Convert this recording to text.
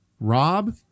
Rob